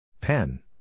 Pen